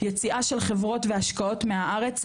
יציאה של חברות והשקעות מהארץ,